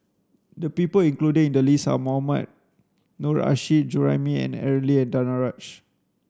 the people included in the list are Mohammad Nurrasyid Juraimi Aaron Lee and Danaraj